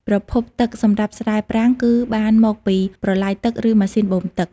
ប្រភពទឹកសម្រាប់ស្រែប្រាំងគឺបានមកពីប្រឡាយទឹកឬម៉ាស៊ីនបូមទឹក។